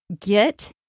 get